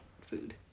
food